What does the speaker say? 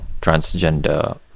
transgender